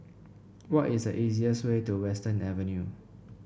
what is the easiest way to Western Avenue